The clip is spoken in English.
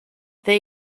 they